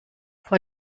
vor